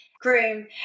groom